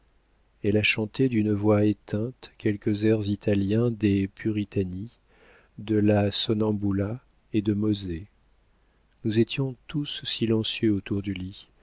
elle a chanté d'une voix éteinte quelques airs italiens des puritani de la sonnambula et de mosé nous étions tous silencieux autour du lit